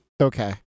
Okay